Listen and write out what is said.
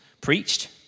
Preached